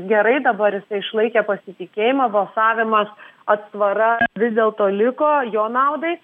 gerai dabar išlaikė pasitikėjimą balsavimas atsvara vis dėlto liko jo naudai